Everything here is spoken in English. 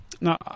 Now